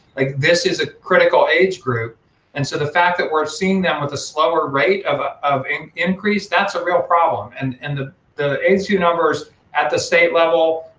like this is a critical age group and so the fact that we're seeing them with a slower rate of ah of increase, that's a real problem and and the the aidsvu numbers at the state level,